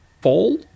fall